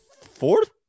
fourth